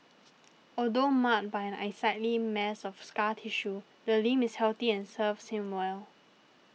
although marred by an unsightly mass of scar tissue the limb is healthy and serves him well